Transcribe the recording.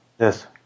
Yes